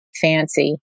fancy